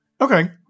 Okay